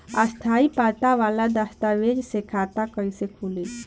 स्थायी पता वाला दस्तावेज़ से खाता कैसे खुली?